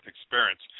experience